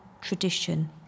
tradition